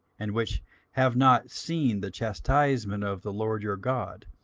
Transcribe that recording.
and which have not seen the chastisement of the lord your god,